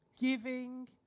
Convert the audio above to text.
giving